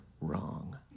wrong